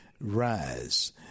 rise